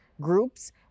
groups